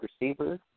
receiver